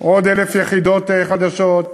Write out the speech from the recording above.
עוד 1,000 יחידות חדשות.